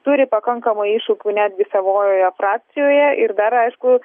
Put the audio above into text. turi pakankamai iššūkių netgi savojoje frakcijoje ir dar aišku